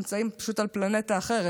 שנמצאים פשוט על פלנטה אחרת,